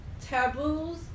taboos